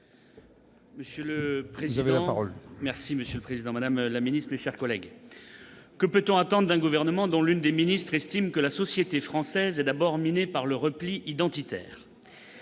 Monsieur le président, madame, monsieur les ministres, mes chers collègues, que peut-on attendre d'un gouvernement dont l'une des ministres estime que « la société française est d'abord minée par le repli identitaire »